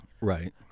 Right